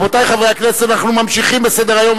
רבותי חברי הכנסת, אנחנו ממשיכים בסדר-היום.